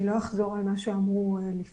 אני לא אחזור על מה שאמרו לפני,